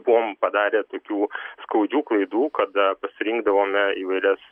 buvom padarę tokių skaudžių klaidų kada pasirinkdavome įvairias